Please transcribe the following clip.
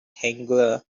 tangier